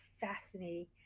fascinating